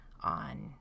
on